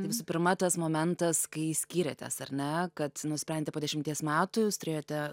tai visų pirma tas momentas kai skyrėtės ar ne kad nusprendė po dešimties metų jūs turėjote